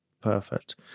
perfect